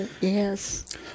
Yes